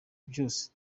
byose